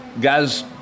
Guys